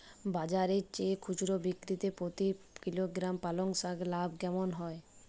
বাজারের চেয়ে খুচরো বিক্রিতে প্রতি কিলোগ্রাম পালং শাকে লাভ কেমন হয়?